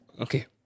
Okay